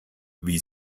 wie